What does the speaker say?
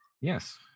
yes